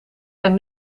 zijn